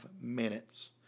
minutes